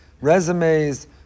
resumes